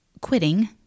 quitting